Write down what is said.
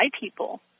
people